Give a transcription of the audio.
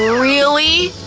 ah really!